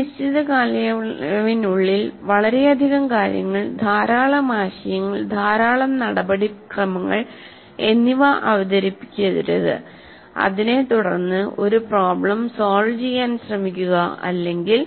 ഒരു നിശ്ചിത കാലയളവിനുള്ളിൽ വളരെയധികം കാര്യങ്ങൾ ധാരാളം ആശയങ്ങൾ ധാരാളം നടപടിക്രമങ്ങൾ എന്നിവ അവതരിപ്പിക്കരുത്അതിനെ തുടർന്ന് ഒരു പ്രോബ്ലം സോൾവ് ചെയ്യാൻ ശ്രമിക്കുക അല്ലെങ്കിൽ